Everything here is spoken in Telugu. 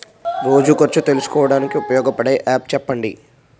రోజు ఖర్చు తెలుసుకోవడానికి ఉపయోగపడే యాప్ చెప్పండీ?